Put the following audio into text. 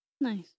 Nice